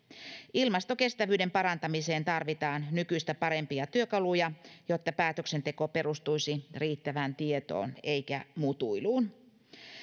ilmastokestävyyden parantamiseen tarvitaan nykyistä parempia työkaluja jotta päätöksenteko perustuisi riittävään tietoon eikä mutuiluun